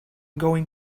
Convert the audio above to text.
going